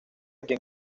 quien